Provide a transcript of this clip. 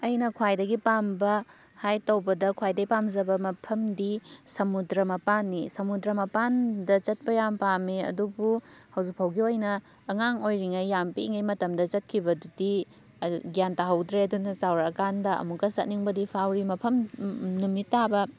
ꯑꯩꯅ ꯈ꯭ꯋꯥꯏꯗꯒꯤ ꯄꯥꯝꯕ ꯍꯥꯏꯛ ꯇꯧꯕꯗ ꯈ꯭ꯋꯥꯏꯗꯒꯤ ꯄꯥꯝꯖꯕ ꯃꯐꯝꯗꯤ ꯁꯃꯨꯗ꯭ꯔ ꯃꯄꯥꯟꯅꯤ ꯁꯃꯨꯗ꯭ꯔ ꯃꯄꯥꯟꯗ ꯆꯠꯄ ꯌꯥꯝ ꯄꯥꯝꯃꯤ ꯑꯗꯨꯕꯨ ꯍꯧꯖꯤꯛ ꯐꯥꯎꯒꯤ ꯑꯣꯏꯅ ꯑꯉꯥꯡ ꯑꯣꯏꯔꯤꯉꯩ ꯌꯥꯝ ꯄꯤꯛꯏꯉꯩ ꯃꯇꯝꯗ ꯆꯠꯈꯤꯕꯗꯨꯗꯤ ꯒ꯭ꯌꯥꯟ ꯇꯥꯍꯧꯗ꯭ꯔꯦ ꯑꯗꯨꯅ ꯆꯥꯎꯔꯛ ꯑꯀꯥꯟꯗ ꯑꯃꯨꯛꯀ ꯆꯠꯅꯤꯡꯕꯗꯤ ꯐꯥꯎꯔꯤ ꯃꯐꯝ ꯅꯨꯃꯤꯠ ꯇꯥꯕ